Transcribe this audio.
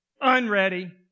unready